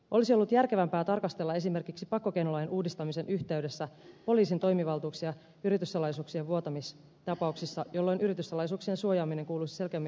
olisi ollut järkevämpää tarkastella esimerkiksi pakkokeinolain uudistamisen yhteydessä poliisin toimivaltuuksia yrityssalaisuuksien vuotamistapauksissa jolloin yrityssalaisuuksien suojaaminen kuuluisi selkeämmin laillisuusvalvonnan piiriin